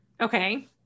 Okay